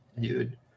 Dude